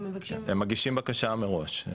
הם מגישים בקשה מראש.